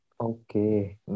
Okay